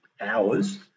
hours